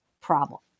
problem